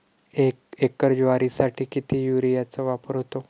एक एकर ज्वारीसाठी किती युरियाचा वापर होतो?